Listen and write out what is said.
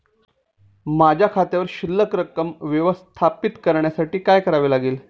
माझ्या खात्यावर शिल्लक रक्कम व्यवस्थापित करण्यासाठी काय करावे लागेल?